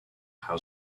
how